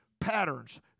patterns